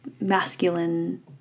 masculine